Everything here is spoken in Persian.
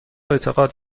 اعتقاد